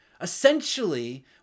Essentially